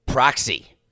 Proxy